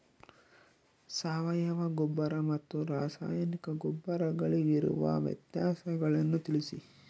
ಸಾವಯವ ಗೊಬ್ಬರ ಮತ್ತು ರಾಸಾಯನಿಕ ಗೊಬ್ಬರಗಳಿಗಿರುವ ವ್ಯತ್ಯಾಸಗಳನ್ನು ತಿಳಿಸಿ?